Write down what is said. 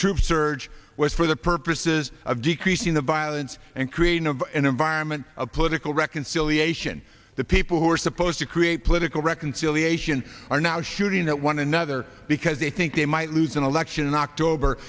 was for the purposes of decreasing the violence and create an environment of political reconciliation the people who are supposed to create political reconciliation are now shooting that one another because they think they might lose an election in october